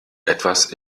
etwas